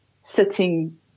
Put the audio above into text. sitting